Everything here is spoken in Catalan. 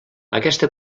aquesta